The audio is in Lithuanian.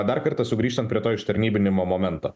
dar kartą sugrįžtant prie to ištarnybinimo momento